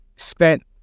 spent